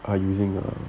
are using ah